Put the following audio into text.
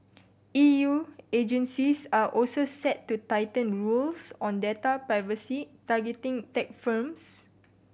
E U agencies are also set to tighten rules on data privacy targeting tech firms